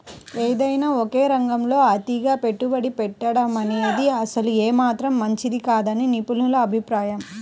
ఏదైనా ఒకే రంగంలో అతిగా పెట్టుబడి పెట్టడమనేది అసలు ఏమాత్రం మంచిది కాదని నిపుణుల అభిప్రాయం